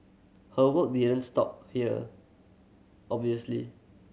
her work didn't stop here obviously